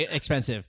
expensive